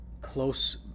Close